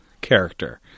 character